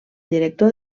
director